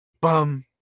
bum